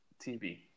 tv